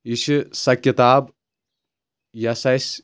یہِ چھِ سۄ کِتاب یۄس اَسہِ